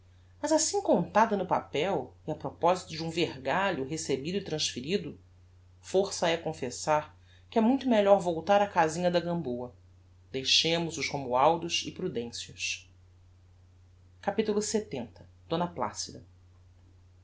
mas assim contada no papel e a proposito de um vergalho recebido e transferido força é confessar que é muito melhor voltar á casinha da gamboa deixemos os romualdos e prudencios capitulo lxx d placida